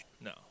no